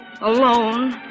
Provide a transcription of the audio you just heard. alone